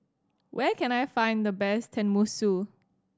where can I find the best Tenmusu